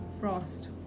frost